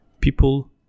people